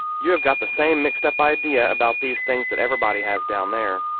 you have got the same mixed-up idea about these things that everybody has down there.